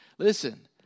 Listen